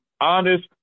honest